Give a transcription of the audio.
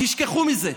תשכחו מזה.